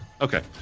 Okay